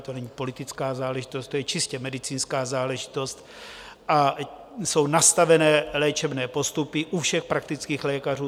To není politická záležitost, to je čistě medicínská záležitost a jsou nastavené léčebné postupy u všech praktických lékařů.